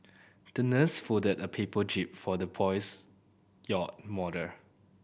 the nurse folded a paper jib for the boy's yacht model